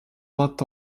vingt